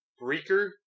Breaker